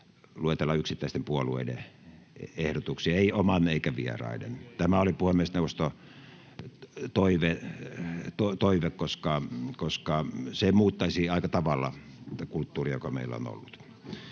luetellaan yksittäisten puolueiden ehdotuksia, ei oman eikä vieraiden. Tämä oli puhemiesneuvoston toive, koska se muuttaisi aika tavalla kulttuuria, joka meillä on ollut.